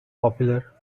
popular